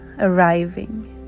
arriving